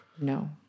No